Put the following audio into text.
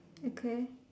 okay